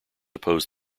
opposed